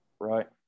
Right